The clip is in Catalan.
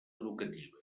educativa